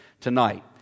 Tonight